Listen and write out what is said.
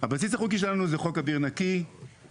זה חוק אוויר נקי,